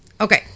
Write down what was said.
okay